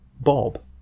Bob